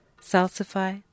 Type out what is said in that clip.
Salsify